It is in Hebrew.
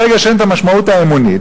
ברגע שאין את המשמעות האמונית,